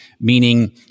meaning